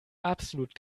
absolut